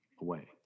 away